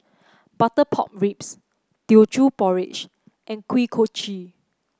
Butter Pork Ribs Teochew Porridge and Kuih Kochi